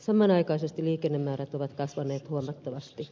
samanaikaisesti liikennemäärät ovat kasvaneet huomattavasti